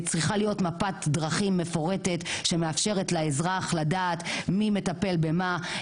צריכה להיות מפת דרכים מפורטת שמאפשרת לאזרח לדעת מי מטפל במה,